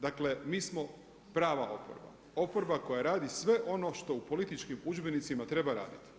Dakle mi smo prava oporba, oporba koja radi sve ono što u političkim udžbenicima treba raditi.